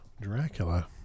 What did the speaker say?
Dracula